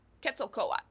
Quetzalcoatl